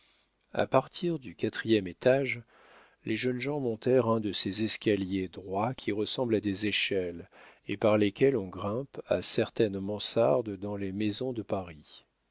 a partir du quatrième étage les jeunes gens montèrent un de ces escaliers droits qui ressemblent à des échelles et par lesquels on grimpe à certaines mansardes dans les maisons de paris